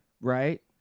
right